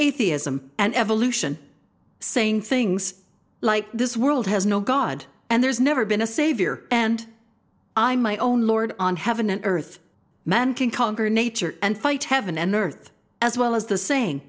atheism and evolution saying things like this world has no god and there's never been a savior and i'm my own lord on heaven and earth man can conquer nature and fight heaven and earth as well as the sa